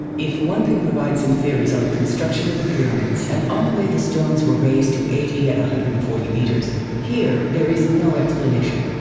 if one can provide some theories on the construction of the pyramids and on the way the stones were raised to eighty and one hundred and forty meters here there is no explanation.